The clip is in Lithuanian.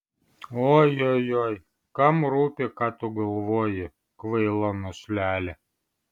ojojoi kam rūpi ką tu galvoji kvaila našlele